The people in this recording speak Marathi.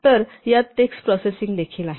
तर यात टेक्स्ट प्रोसेसिंग देखील आहे